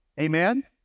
amen